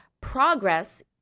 Progress